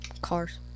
Cars